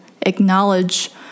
acknowledge